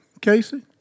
Casey